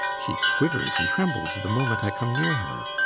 she quivers and trembles the moment i come near her.